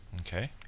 Okay